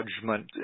judgment